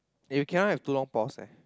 you cannot have too long pause eh